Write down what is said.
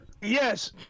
Yes